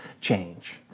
change